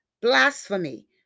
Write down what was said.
blasphemy